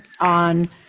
on